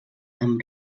amb